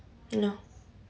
no